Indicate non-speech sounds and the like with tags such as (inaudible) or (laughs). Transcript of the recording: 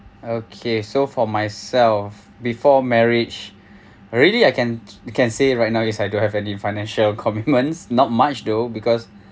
okay so for myself before marriage already I can (noise) you can say right now is I don't have any financial commitments (laughs) not much though because